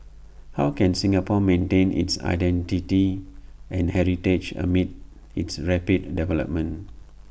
how can Singapore maintain its identity and heritage amid its rapid development